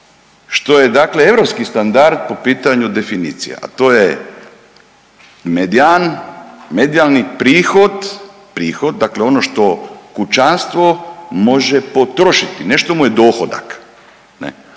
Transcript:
što je dakle europski standard po pitanju definicije, a to je medijan, medijalni prihod, prihod dakle ono što kućanstvo može potrošiti ne što mu je dohodak